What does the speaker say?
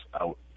out